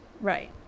Right